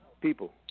people